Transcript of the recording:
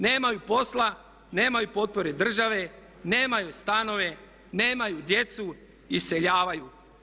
Nemaju posla, nemaju potpore države, nemaju stanove, nemaju djecu, iseljavaju.